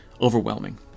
overwhelming